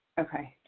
okay.